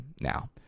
now